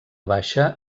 baixa